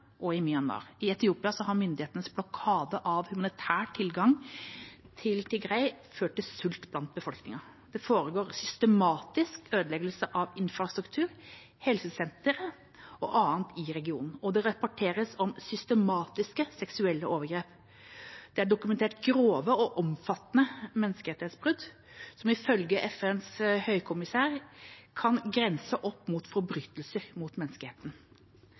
og i Myanmar. I Etiopia har myndighetenes blokade av humanitær tilgang til Tigray ført til sult blant befolkningen. Det foregår systematisk ødeleggelse av infrastruktur, helsesentre og annet i regionen. Det rapporteres om systematiske seksuelle overgrep. Det er dokumentert grove og omfattende menneskerettighetsbrudd, som ifølge FNs høykommissær kan grense opp mot forbrytelser mot menneskeheten.